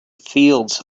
fields